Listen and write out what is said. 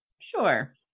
Sure